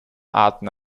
arten